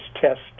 test